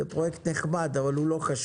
זה פרויקט נחמד, אבל הוא לא חשוב.